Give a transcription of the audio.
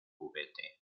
juguete